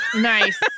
Nice